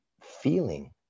feeling